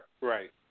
right